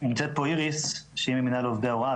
נמצאת פה איריס ממינהל עובדי הוראה,